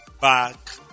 back